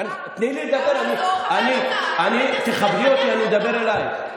תני לי לדבר, אני, תכבדי אותי, אני מדבר אלייך.